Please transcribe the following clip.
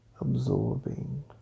Absorbing